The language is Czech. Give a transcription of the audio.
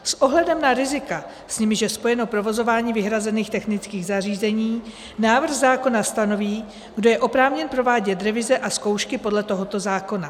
S ohledem na rizika, s nimiž je spojeno provozování vyhrazených technických zařízení, návrh zákona stanoví, kdo je oprávněn provádět revize a zkoušky podle tohoto zákona.